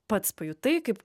pats pajutai kaip